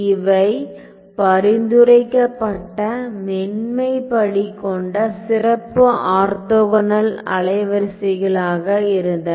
இவை பரிந்துரைக்கப்பட்ட மென்மை படி கொண்ட சிறப்பு ஆர்த்தோகனல் அலைவரிசைகளாக இருந்தன